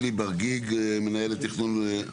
שלי ברגיג, מנהלת תכנון, נמצאת?